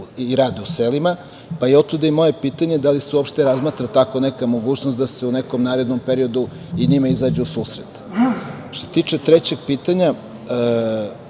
i rade u selima. Pa, otuda i moje pitanje da li se uopšte razmatra tako neka mogućnost da se u nekom narednom periodu i njima izađe u susret? Što se tiče trećeg pitanja